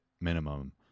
minimum